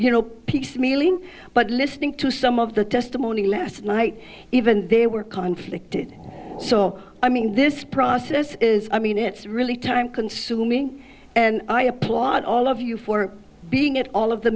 you know piecemealing but listening to some of the testimony last night even they were conflict did so i mean this process is i mean it's really time consuming and i applaud all of you for being at all of the